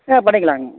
ஆ பண்ணிக்கலாங்க